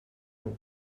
loi